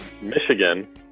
Michigan